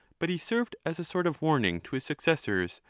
but he served as a sort of warning to his suc cessors,